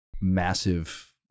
massive